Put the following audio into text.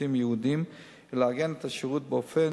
שירותים ייעודיים ולארגן את השירות באופן